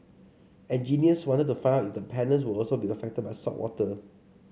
engineers wanted to find out if the panels would be affected by saltwater